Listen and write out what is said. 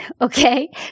Okay